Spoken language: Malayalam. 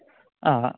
ആ ആ